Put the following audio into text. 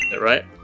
right